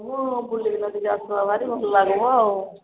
ମୁଁ ବୁଲିକି ଟିକି ଆସବାରି ଭଲ ଲାଗିବ ଆଉ